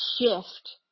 shift